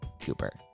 cooper